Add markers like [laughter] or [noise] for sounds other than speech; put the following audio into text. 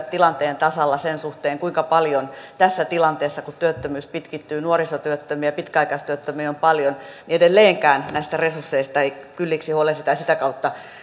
[unintelligible] tilanteen tasalla sen suhteen kuinka paljon tässä tilanteessa työttömyys pitkittyy ja nuorisotyöttömiä pitkäaikaistyöttömiä on paljon edelleenkään näistä resursseista ei kylliksi huolehdita ja sitä kautta